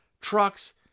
trucks